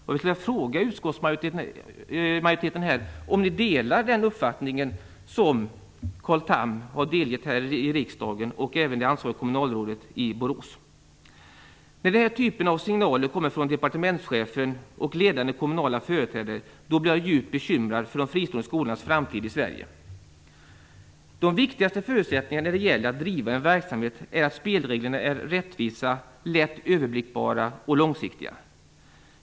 Jag skulle vilja fråga utskottsmajoriteten om ni delar den uppfattningen som Carl Tham har delgett här i riksdagen och som även det ansvariga kommunalrådet i Borås har uttalat. När den här typen av signaler kommer från departementschefen och ledande kommunala företrädare, då blir jag djupt bekymrad för de fristående skolornas framtid i Sverige. De viktigaste förutsättningarna när det gäller att driva en verksamhet är att spelreglerna är rättvisa, lätt överblickbara och långsiktiga.